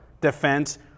defense